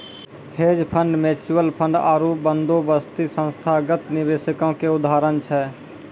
hedge fund, mutual fund आरु बंदोबस्ती संस्थागत निवेशको के उदाहरण छै